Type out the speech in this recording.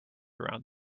around